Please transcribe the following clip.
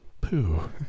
Pooh